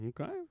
Okay